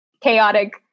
chaotic